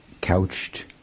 couched